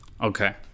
Okay